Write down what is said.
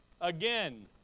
Again